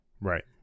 right